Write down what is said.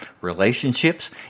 relationships